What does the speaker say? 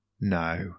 No